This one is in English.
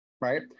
right